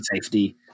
safety